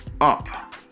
up